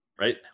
Right